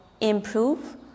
improve